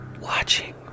Watching